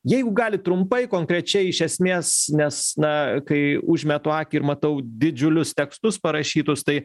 jeigu galit trumpai konkrečiai iš esmės nes na kai užmetu akį ir matau didžiulius tekstus parašytus tai